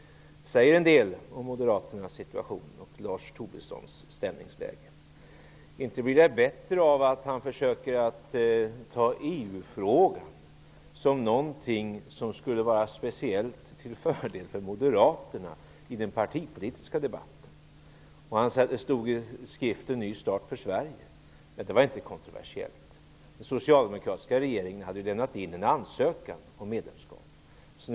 Det säger en del om Moderaternas situation och om Inte blir det bättre av att han försöker ta EU-frågan som någonting som skulle vara speciellt till fördel för Moderaterna i den partipolitiska debatten. Han nämnde något som stod i skriften Ny start för Sverige. Det var inte kontroversiellt. Den socialdemokratiska regeringen hade lämnat in en ansökan om medlemskap.